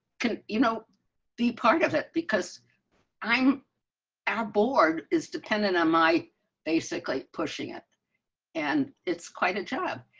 can you know be part of that because i'm a board is dependent on my basically pushing it and it's quite a job.